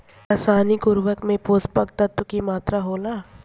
रसायनिक उर्वरक में पोषक तत्व की मात्रा होला?